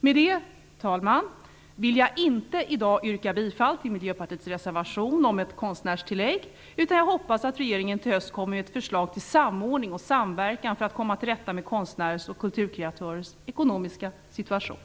Med det, fru talman, vill jag inte i dag yrka bifall till Miljöpartiets reservation om ett konstnärstillägg, utan jag hoppas att regeringen i höst kommer med ett förslag om samordning och samverkan för att komma till rätta med konstnärers och kulturkreatörers ekonomiska situation.